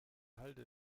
halde